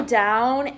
down